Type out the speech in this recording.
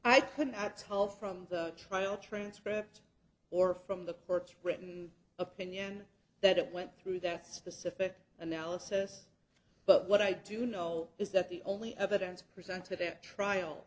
i couldn't at all from the trial transcript or from the court's written opinion that went through that specific analysis but what i do know is that the only evidence presented at trial